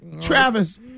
Travis